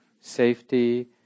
Safety